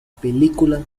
película